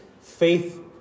faith